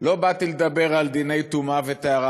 לא באתי לדבר על דיני טומאה וטהרה,